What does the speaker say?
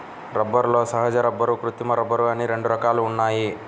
రబ్బరులో సహజ రబ్బరు, కృత్రిమ రబ్బరు అని రెండు రకాలు ఉన్నాయి